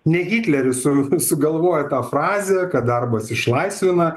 ne hitleris su sugalvojo tą frazę kad darbas išlaisvina